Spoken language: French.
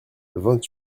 vingt